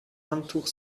handtuch